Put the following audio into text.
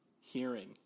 Hearing